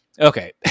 Okay